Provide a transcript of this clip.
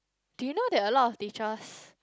do you know that a lot of teachers